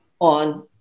on